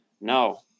No